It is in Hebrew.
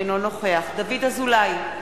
אינו נוכח דוד אזולאי,